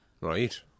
Right